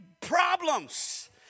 problems